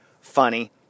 funny